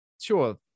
Sure